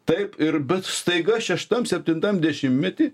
taip ir bet staiga šeštam septintam dešimtmety